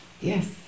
Yes